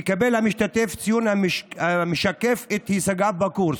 יקבל המשתתף ציון המשקף את הישגיו בקורס.